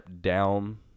down